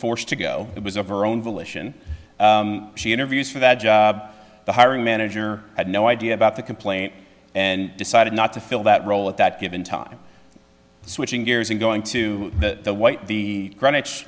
forced to go it was over own volition she interviews for that job the hiring manager had no idea about the complaint and decided not to fill that role at that given time switching gears and going to the white the greenwich